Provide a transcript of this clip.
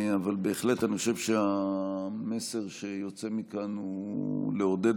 אבל אני בהחלט חושב שהמסר שיוצא מכאן הוא לעודד